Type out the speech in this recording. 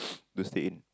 don't stay in